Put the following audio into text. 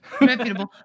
Reputable